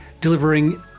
delivering